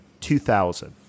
2000